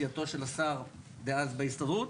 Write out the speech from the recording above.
סיעתו של השר דאז בהסתדרות